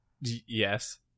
Yes